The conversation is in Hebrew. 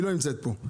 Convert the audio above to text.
היא לא נמצאת פה.